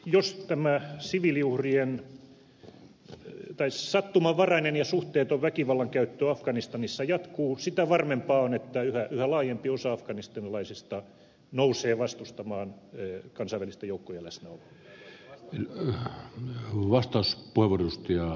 jos tämä sattumanvarainen ja suhteeton väkivallan käyttö afganistanissa jatkuu sitä varmempaa on että yhä laajempi osa afganistanilaisista nousee vastustamaan kansainvälisten joukkojen läsnäoloa